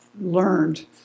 learned